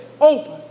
open